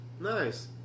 Nice